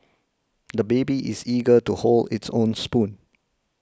the baby is eager to hold its own spoon